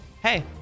hey